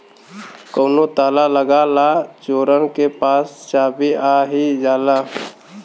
कउनो ताला लगा ला चोरन के पास चाभी आ ही जाला